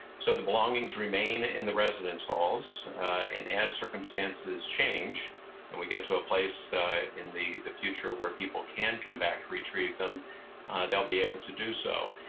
so the belongings remain in the residence halls and as circumstances change and we get to a place in the the future where people can come back to retrieve them they'll be able to do so.